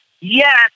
yes